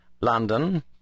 London